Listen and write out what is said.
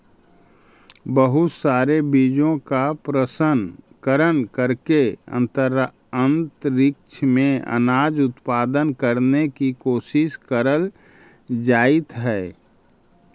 बहुत सारे बीजों का प्रशन करण करके अंतरिक्ष में अनाज उत्पादन करने की कोशिश करल जाइत हई